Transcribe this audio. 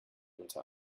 unter